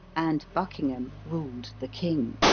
and buckingham ruled the king.